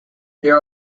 there